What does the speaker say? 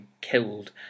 killed